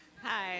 Hi